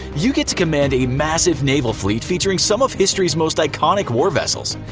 you get to command a massive naval fleet featuring some of history's most iconic war vessels.